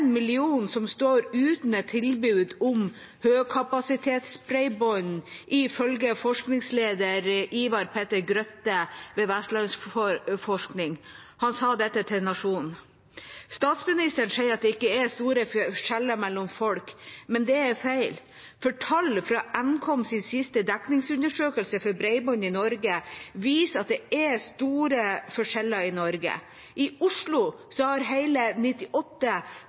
million som står uten tilbud om høykapasitetsbredbånd, ifølge forskningsleder Ivar Petter Grøtte ved Vestlandsforskning. Han sa dette til Nationen. Statsministeren sier at det ikke er store skiller mellom folk, men det er feil, for tallet fra Ncoms siste dekningsundersøkelse for bredbånd i Norge viser at det er store forskjeller her. I Oslo har hele 98